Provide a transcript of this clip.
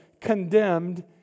condemned